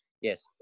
yes